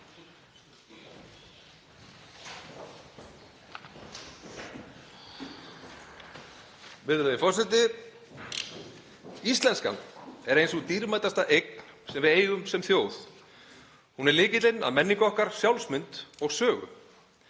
Virðulegi forseti. Íslenskan er ein sú dýrmætasta eign sem við eigum sem þjóð. Hún er lykillinn að menningu okkur, sjálfsmynd og sögu.